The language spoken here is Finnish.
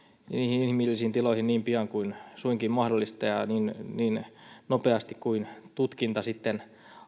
inhimillisiin tiloihin niin pian kuin suinkin mahdollista ja niin nopeasti kuin tutkinta sitten